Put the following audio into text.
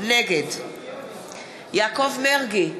נגד יעקב מרגי,